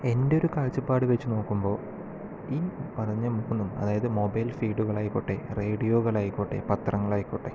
എൻ്റെയൊരു കാഴ്ചപ്പാട് വെച്ച് നോക്കുമ്പോൾ ഈ പറഞ്ഞ മൂന്നും അതായത് മൊബൈല് ഫീഡുകളായിക്കോട്ടെ റേഡിയോകളായിക്കോട്ടെ പത്രങ്ങളായിക്കോട്ടെ